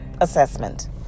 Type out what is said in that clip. assessment